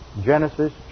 Genesis